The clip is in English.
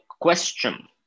question